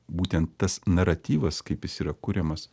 būtent tas naratyvas kaip jis yra kuriamas